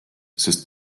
sest